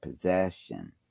possession